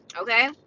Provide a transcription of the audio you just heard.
okay